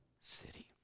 city